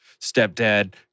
stepdad